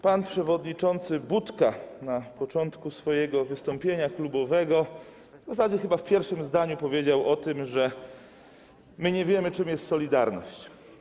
Pan przewodniczący Budka na początku swojego wystąpienia klubowego, w zasadzie chyba w pierwszym zdaniu powiedział o tym, że my nie wiemy, czym jest solidarność.